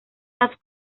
las